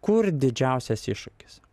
kur didžiausias iššūkis